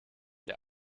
der